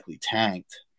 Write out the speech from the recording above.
tanked